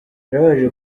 birababaje